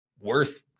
worth